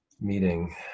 meeting